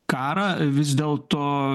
karą vis dėl to